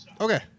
Okay